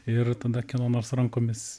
ir tada kieno nors rankomis